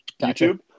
YouTube